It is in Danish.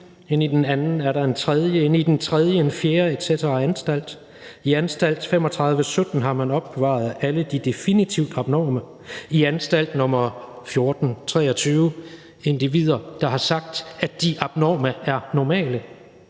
inde i den anden er der en tredje, inde i den tredje en fjerde etc. anstalt / I anstalt nr. 3517 har man opbevaret alle de definitivt abnorme / I anstalt nr. 1423 individer der har sagt, at de abnorme er normale